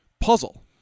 puzzle